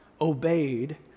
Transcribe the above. obeyed